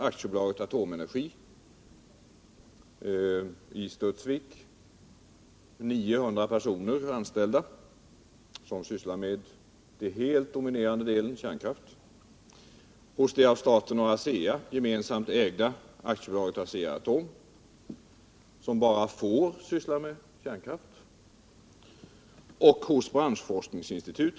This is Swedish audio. Samtidigt talar starka skäl för att det skulle vara till fördel för energiforskningen om man kunde åstadkomma ett bredare samarbete mellan olika intressenter på energiområdet inom ramen för ett särskilt energiforskningsinstitut.